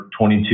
22